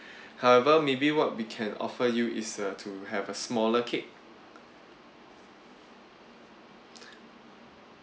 however maybe what we can offer you is uh to have a smaller cake